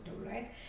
right